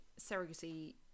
surrogacy